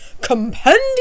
compendium